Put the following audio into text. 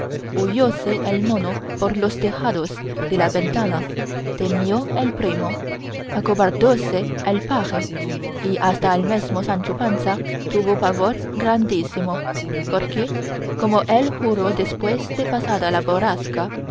los oyentes huyóse el mono por los tejados de la ventana temió el primo acobardóse el paje y hasta el mesmo sancho panza tuvo pavor grandísimo porque como él juró después de pasada la borrasca